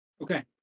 Okay